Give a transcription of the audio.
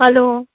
hello